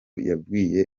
yabwiye